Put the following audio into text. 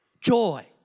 Joy